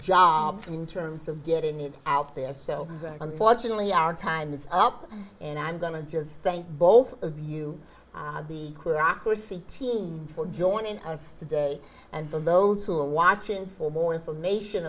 job in terms of getting it out there so unfortunately our time is up and i'm going to just thank both of you the queer ocracy team for joining us today and for those who are watching for more information